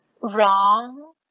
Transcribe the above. wrong